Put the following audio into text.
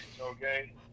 okay